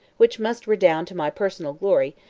which must redound to my personal glory,